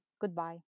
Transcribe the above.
goodbye